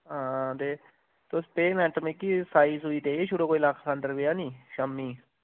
ते तुस पेमेंट मिकी साई सुई देई छुड़ो कोई लक्ख खंड रपेआ नी शाम्मी